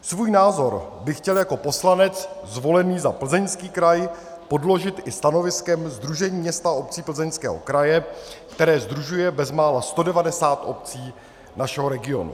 Svůj názor bych chtěl jako poslanec zvolený za Plzeňský kraj podložit stanoviskem Sdružení měst a obcí Plzeňského kraje, které sdružuje bezmála 190 obcí našeho regionu.